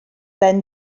ben